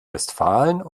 westfalen